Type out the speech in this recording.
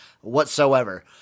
whatsoever